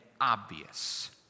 obvious